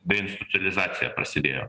deinstucializacija prasidėjo